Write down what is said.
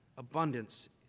Abundance